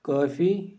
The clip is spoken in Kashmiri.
کٲفی